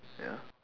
ya